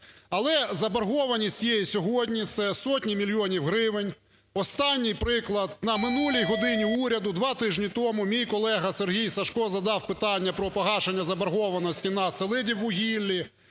Але заборгованість є і сьогодні. Це сотні мільйонів гривень. Останній приклад. На минулій "годині Уряду" два тижні тому мій колега СергійСажко задав питання про погашення заборгованості на "Селидіввугіллі".